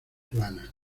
plana